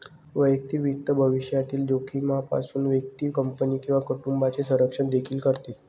वैयक्तिक वित्त भविष्यातील जोखमीपासून व्यक्ती, कंपनी किंवा कुटुंबाचे संरक्षण देखील करते